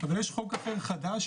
אבל יש חוק אחר חדש,